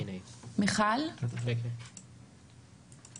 אני בהחלט מכירה את